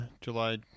July